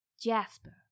Jasper